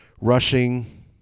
rushing